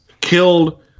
killed